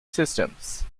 systems